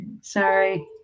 sorry